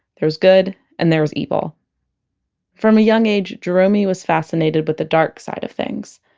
there was good and there was evil from a young age, jeromey was fascinated with the dark side of things.